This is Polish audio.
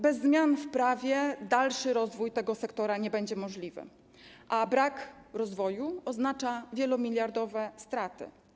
Bez zmian w prawie dalszy rozwój tego sektora nie będzie możliwy, a brak rozwoju oznacza wielomiliardowe straty.